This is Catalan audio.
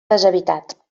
deshabitat